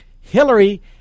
Hillary